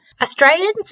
Australians